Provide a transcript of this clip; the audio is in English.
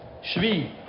shvi